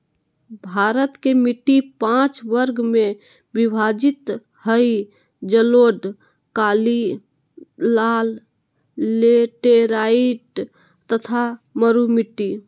भारत के मिट्टी पांच वर्ग में विभाजित हई जलोढ़, काली, लाल, लेटेराइट तथा मरू मिट्टी